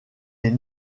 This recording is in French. est